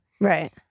Right